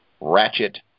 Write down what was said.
ratchet